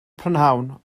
prynhawn